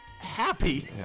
Happy